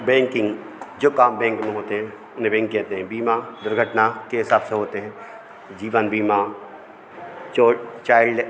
banking जो काम bank में होते हैं कहते हैं बीमा दुर्घटना के हिसाब से होते हैं जीवन बीमा चाइल्ड